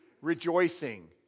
Rejoicing